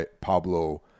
Pablo